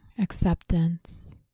acceptance